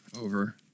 over